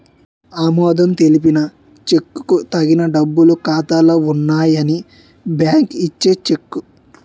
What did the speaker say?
ఆమోదం తెలిపిన చెక్కుకు తగిన డబ్బులు ఖాతాలో ఉన్నాయని బ్యాంకు ఇచ్చే చెక్కు